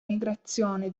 migrazione